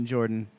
Jordan